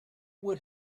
would